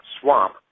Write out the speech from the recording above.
swamp